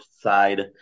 side